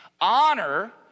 Honor